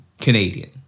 Canadian